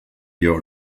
you